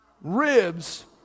ribs